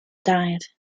died